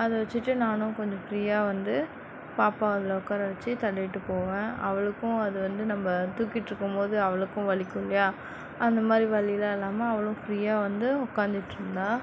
அதை வச்சுட்டு நானும் கொஞ்சம் ஃப்ரீயாக வந்து பாப்பாவை அதில் உக்கார வச்சு தள்ளிகிட்டு போவேன் அவளுக்கும் அது வந்து நம்ம தூக்கிகிட்டு போகும்போது அவளுக்கும் வலிக்கும் இல்லையா அந்தமாதிரி வலிலாம் இல்லாமல் அவளும் ஃப்ரீயாக வந்து உக்காந்துட்டு இருந்தாள்